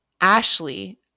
Ashley